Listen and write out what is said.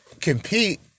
compete